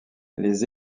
les